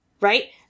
right